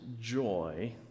joy